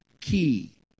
key